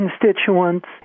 constituents